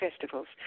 festivals